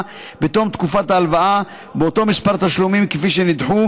בתום תקופת ההלוואה באותו מספר תשלומים כפי שנדחו,